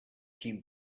came